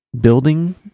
Building